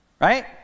Right